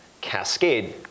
cascade